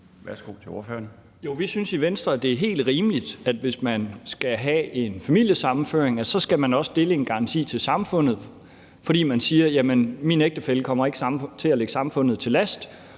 (V): Jo, vi synes i Venstre, at det er helt rimeligt, at man, hvis man skal have en familiesammenføring, også skal stille en garanti til samfundet, fordi man siger, at vedkommendes ægtefælle ikke kommer til at ligge samfundet til last,